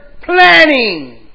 planning